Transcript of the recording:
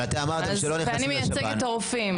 ואני מייצגת את הרופאים.